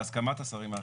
בהסכמת השרים האחרים.